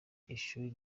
ishuri